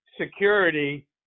security